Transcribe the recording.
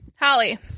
holly